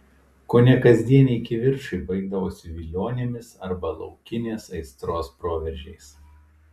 kone kasdieniai kivirčai baigdavosi vilionėmis arba laukinės aistros proveržiais